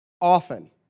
Often